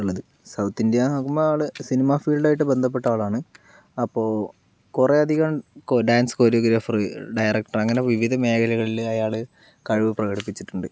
ഉള്ളത് south India എന്ന് നോക്കുമ്പോൾ ആൾ സിനിമ ഫീൽഡായിട്ട് ബന്ധപ്പെട്ട ആളാണ് അപ്പോൾ കുറേ അധികം ഡാൻസ് കൊറിയോഗ്രാഫർ ഡയറക്ടർ അങ്ങനെ വിവിധ മേഖലകളിൽ അയാൾ കഴിവ് പ്രകടിപ്പിച്ചിട്ടുണ്ട്